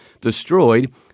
destroyed